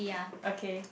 okay